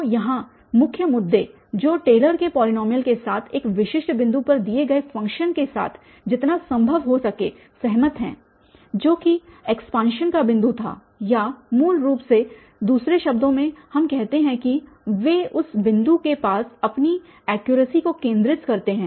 तो यहाँ मुख्य मुद्दे जो टेलर के पॉलीनॉमियल के साथ एक विशिष्ट बिंदु पर दिए गए फ़ंक्शन के साथ जितना संभव हो सके सहमत हैं जो कि एक्सपान्शन का बिंदु था या मूल रूप से दूसरे शब्दों में हम कहते हैं कि वे उस बिंदु के पास अपनी ऐक्युरसी को केंद्रित करते हैं